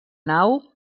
nau